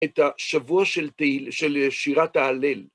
את השבוע של שירת ההלל.